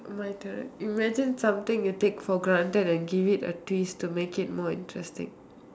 my turn imagine something you take for granted and give it a twist to make it more interesting